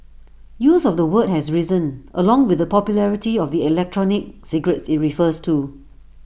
use of the word has risen along with the popularity of the electronic cigarettes IT refers to